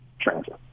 transfer